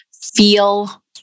feel